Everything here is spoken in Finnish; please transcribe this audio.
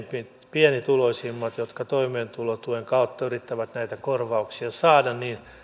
pienituloisimmat jotka toimeentulotuen kautta yrittävät näitä korvauksia saada